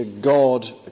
God